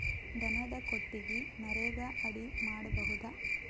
ದನದ ಕೊಟ್ಟಿಗಿ ನರೆಗಾ ಅಡಿ ಮಾಡಬಹುದಾ?